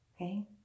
Okay